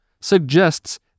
suggests